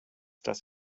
das